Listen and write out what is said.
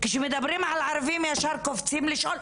כשמדברים על ערבים ישר קופצים לשאול?